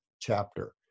chapter